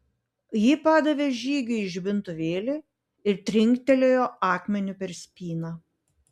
ji padavė žygiui žibintuvėlį ir trinktelėjo akmeniu per spyną